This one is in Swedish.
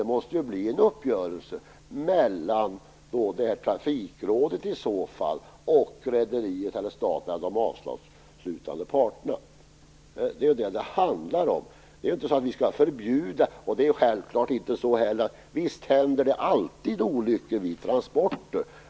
Det måste i så fall bli en uppgörelse mellan trafikrådet och rederiet eller staten, dvs. de avtalsslutande parterna. Det är vad det handlar om. Visst händer det alltid olyckor vid transporter.